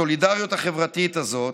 הסולידריות החברתית הזאת,